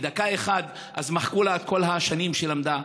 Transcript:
בדקה אחת מחקו לה את כל השנים שלמדה.